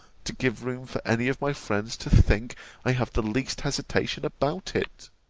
to give room for any of my friends to think i have the least hesitation about it.